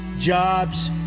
jobs